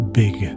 big